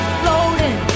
floating